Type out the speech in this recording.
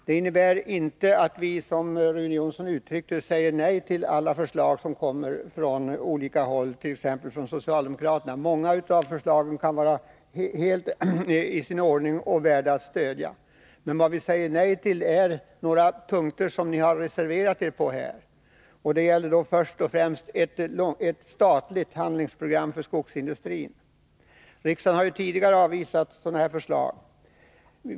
Det innebär inte att vi, som Rune Jonsson uttryckte det, säger nej till alla förslag som kommer från andra håll, t.ex. från socialdemokraterna. Många av förslagen kan vara helt i sin ordning och värda att stödja. Vad vi emellertid säger nej till är några punkter som socialdemokraterna har reserverat sig på. Det gäller först och främst ett statligt handlingsprogram för skogsindustrin. Riksdagen har ju tidigare avvisat sådana förslag.